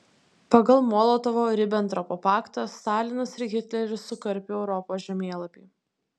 pagal molotovo ribentropo paktą stalinas ir hitleris sukarpė europos žemėlapį